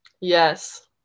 yes